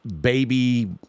Baby